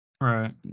Right